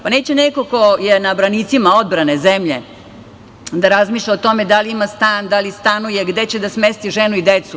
Neće neko ko je na branicima odbrane zemlje da razmišlja o tome da li ima stan, da li stanuje, gde će da smesti ženu i decu.